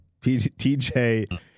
TJ